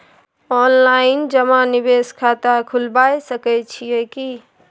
Online जमा निवेश खाता खुलाबय सकै छियै की?